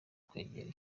kwegera